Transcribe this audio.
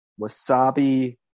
Wasabi